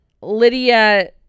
Lydia